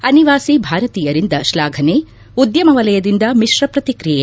ಅನಿವಾಸಿ ಭಾರತೀಯರಿಂದ ಶ್ಲಾಘನೆ ಉದ್ವಮ ವಲಯದಿಂದ ಮಿಶ್ರ ಪ್ರತಿಕ್ರಿಯೆ